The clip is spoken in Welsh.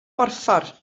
borffor